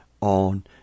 on